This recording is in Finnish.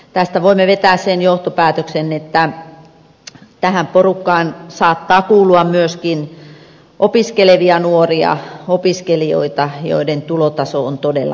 tästä voimme vetää sen johtopäätöksen että tähän porukkaan saattaa kuulua myöskin opiskelevia nuoria opiskelijoita joiden tulotaso on todella heikko